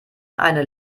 eine